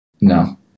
No